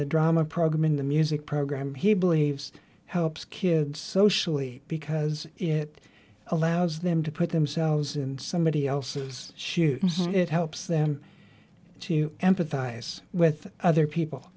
the drama program in the music program he believes helps kids socially because it allows them to put themselves in somebody else's shoes it helps them to empathize with other people